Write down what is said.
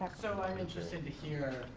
so i'm interested to hear,